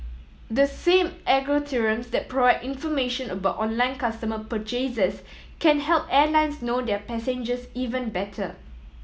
the same algorithms that provide information about online consumer purchases can help airlines know their passengers even better